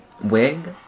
Wig